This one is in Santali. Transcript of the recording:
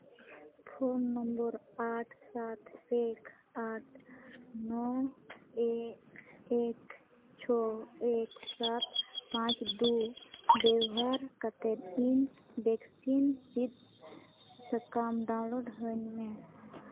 ᱯᱷᱳᱱ ᱱᱚᱢᱵᱚᱨ ᱟᱴ ᱥᱟᱛ ᱮᱠ ᱟᱴ ᱱᱚ ᱮᱠ ᱮᱠ ᱪᱷᱚ ᱮᱠ ᱥᱟᱛ ᱯᱟᱸᱪ ᱫᱩ ᱵᱮᱵᱚᱦᱟᱨ ᱠᱟᱛᱮᱫ ᱤᱧ ᱵᱷᱮᱠᱥᱤᱱ ᱥᱤᱫᱽ ᱥᱟᱠᱟᱢ ᱰᱟᱣᱩᱱᱞᱳᱰ ᱟᱹᱧ ᱢᱮ